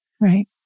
Right